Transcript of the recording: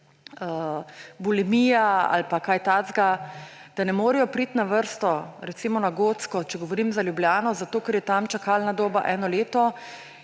bulimija, ali pa kaj takega, da ne morejo priti na vrsto, recimo na Gotsko, če govorim za Ljubljano, zato ker je tam čakalna doba eno leto